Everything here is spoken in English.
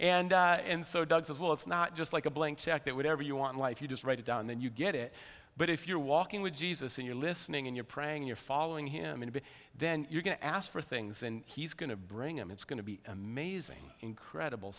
doug's as well it's not just like a blank check that whatever you want in life you just write it down then you get it but if you're walking with jesus and you're listening and you're praying you're following him and then you're going to ask for things and he's going to bring him it's going to be amazing incredible